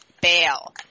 bail